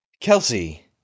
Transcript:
Kelsey